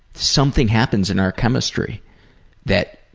something happens in our chemistry that